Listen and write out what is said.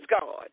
God